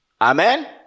Amen